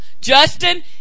Justin